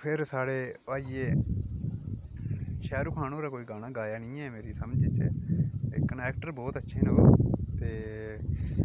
फिर साढ़े आई गे शाहरूख खान होरें कोई गाना नीं गाया मेरी समझ च लेकिन ऐक्टर बहुत अच्छे न ओह् ते